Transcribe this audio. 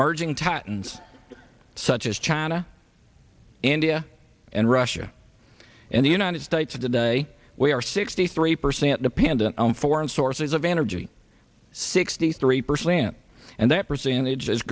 emerging titans such as china india and russia and the united states of today we are sixty three percent dependent on foreign sources of energy sixty three percent and that percentage is